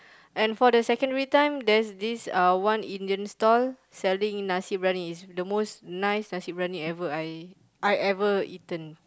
and for the secondary time there's this uh one Indian stall selling nasi-briyani it's the most nice nasi-briyani ever I I ever eaten